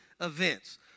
events